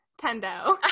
Tendo